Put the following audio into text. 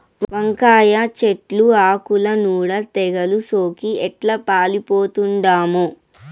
వంకాయ చెట్లు ఆకుల నూడ తెగలు సోకి ఎట్లా పాలిపోతండామో